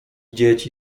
dzieci